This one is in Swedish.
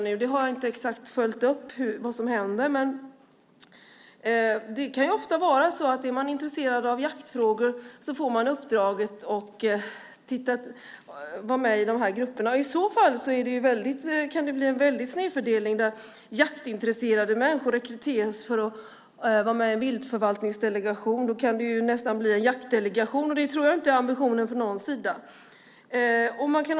Jag har inte följt det exakt. Är man intresserad av jaktfrågor får man kanske uppdrag att vara med i en sådan delegation. I så fall kan det bli en snedfördelning där jaktintresserade människor rekryteras. Då kan det bli ett slags jaktdelegation, och det är väl inte ambitionen från någons sida.